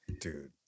Dude